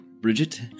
Bridget